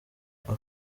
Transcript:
ako